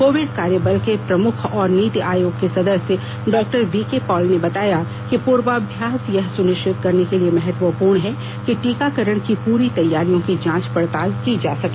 Covid कार्यबल के प्रमुख और नीति आयोग के सदस्य डॉ वीके पॉल ने बताया कि पूर्वाभ्यास यह सुनिश्चित करने के लिए महत्वपूर्ण है कि टीकाकरण की पूरी तैयारियों की जांच पडताल की जा सके